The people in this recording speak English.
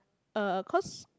uh cause